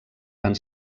van